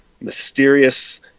mysterious